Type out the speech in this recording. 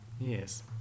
Yes